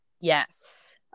Yes